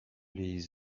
les